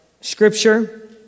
Scripture